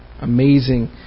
amazing